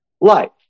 life